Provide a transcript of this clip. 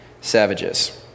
savages